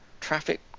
traffic